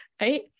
right